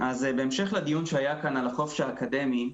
בהמשך לדיון שהיה כאן על החופש האקדמי,